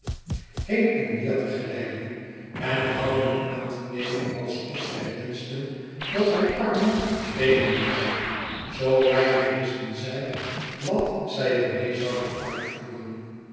en weer te glijden en houdingen aan te nemen alsof zij wenschten dat hun armen beenen waren zoo weinig wisten zij wat zij er mee zouden uitvoeren